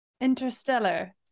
Interstellar